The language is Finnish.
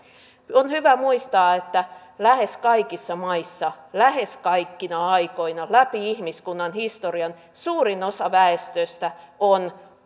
on hyvä muistaa että lähes kaikissa maissa lähes kaikkina aikoina läpi ihmiskunnan historian suurin osa väestöstä on